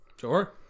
Sure